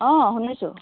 অঁ শুনিছোঁ